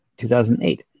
2008